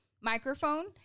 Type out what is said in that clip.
microphone